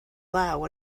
law